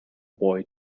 boy